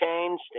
changed